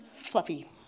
fluffy